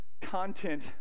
content